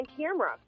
camera